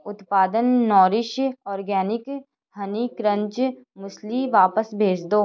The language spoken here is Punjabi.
ਉਤਪਾਦਨ Nourish organic honey crunch muesli ਵਾਪਸ ਭੇਜ ਦਿਓ